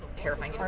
terrifying